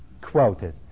quoted